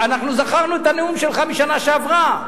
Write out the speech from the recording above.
אנחנו זכרנו את הנאום שלך מהשנה שעברה,